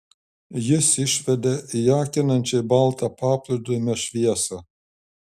jis išvedė į akinančiai baltą paplūdimio šviesą